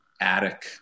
attic